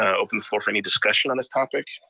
and open the floor for any discussion on this topic.